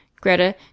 Greta